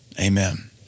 Amen